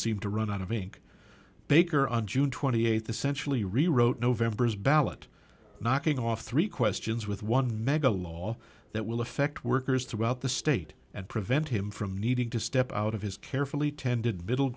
seemed to run out of ink baker on june twenty eighth essentially rewrote november's ballot knocking off three questions with one meg a law that will affect workers throughout the state and prevent him from needing to step out of his carefully tended middle